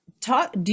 talk